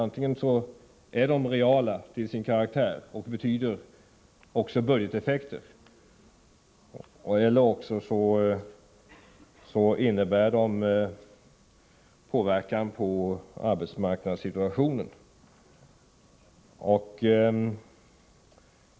Antingen är åtgärderna reala till sin karaktär och får därmed budgeteffekter eller också innebär de att arbetsmarknadssituationen påverkas.